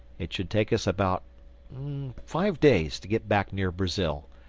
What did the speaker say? it should take us about five days to get back near brazil.